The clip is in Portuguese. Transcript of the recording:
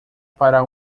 para